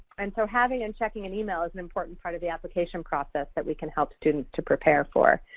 and so having and checking an email is an important part of the application process that we can help students to prepare for.